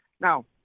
Now